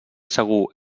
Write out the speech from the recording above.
segur